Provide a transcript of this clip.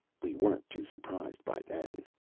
we weren't too surprised by then.